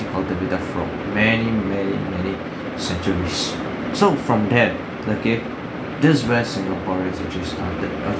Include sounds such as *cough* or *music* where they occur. autodidact from many many many *breath* centuries so from that okay that's where singaporeans actually started up